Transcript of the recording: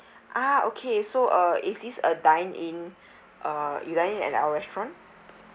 ah okay so uh is this a dine in uh you dine in at our restaurant